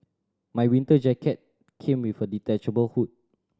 my winter jacket came with a detachable hood